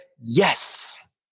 yes